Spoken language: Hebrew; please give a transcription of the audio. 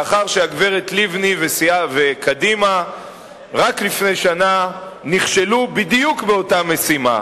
לאחר שהגברת לבני וקדימה רק לפני שנה נכשלו בדיוק באותה משימה.